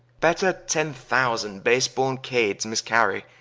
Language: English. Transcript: better ten thousand base-borne cades miscarry,